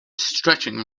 stretching